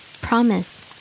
Promise